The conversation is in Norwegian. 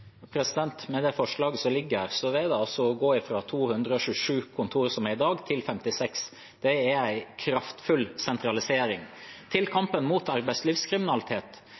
Med det forslaget som foreligger, vil en gå fra 227 kontorer, som en har i dag, til 56. Det er en kraftfull sentralisering. Når det gjelder kampen mot arbeidslivskriminalitet,